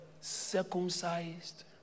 circumcised